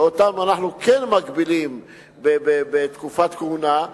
שאותם אנחנו כן מגבילים בתקופת כהונה,